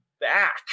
back